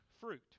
fruit